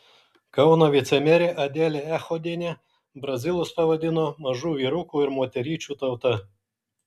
kauno vicemerė adelė echodienė brazilus pavadino mažų vyrukų ir moteryčių tauta